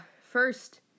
First